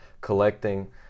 collecting